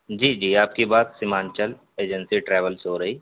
جی جی آپ کی بات سیمانچل ایجنسی ٹراویل سے ہو رہی